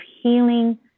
healing